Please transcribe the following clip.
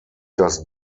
das